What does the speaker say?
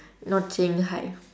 not saying hi